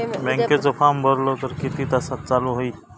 बँकेचो फार्म भरलो तर किती तासाक चालू होईत?